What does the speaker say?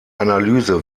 analyse